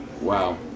Wow